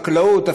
חקלאות,